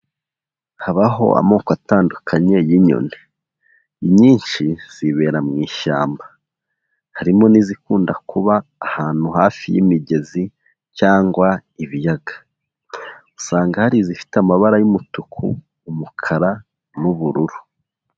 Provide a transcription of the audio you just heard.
Habaho amoko atandukanye y'inyoni. Inyinshi zibera mu ishyamba. Harimo n'izikunda kuba ahantu hafi y'imigezi cyangwa ibiyaga. Usanga hari izifite amabara y'umutuku, umukara n'ubururu.